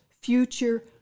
future